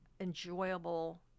enjoyable